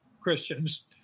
Christians